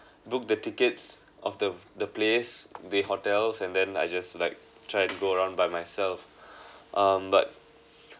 book the tickets of the the place the hotels and then I just like try to go around by myself um but